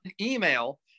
email